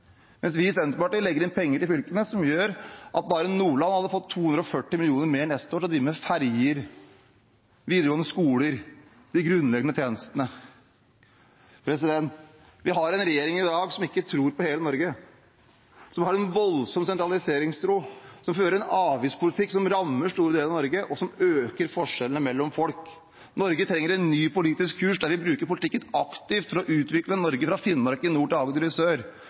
mens vi i Senterpartiet legger inn penger til fylkene som gjør at bare Nordland hadde fått 240 mill. kr neste år til å drive med ferger og videregående skoler og de grunnleggende tjenestene. Vi har en regjering i dag som ikke tror på hele Norge, som har en voldsom sentraliseringstro, som fører en avgiftspolitikk som rammer store deler av Norge, og som øker forskjellene mellom folk. Norge trenger en ny politisk kurs, der vi bruker politikken aktivt for å utvikle Norge fra Finnmark i nord til Agder i sør,